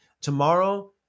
tomorrow